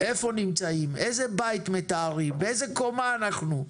איפה נמצאים, איזה בית מטהרים, באיזה קומה אנחנו.